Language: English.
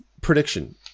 prediction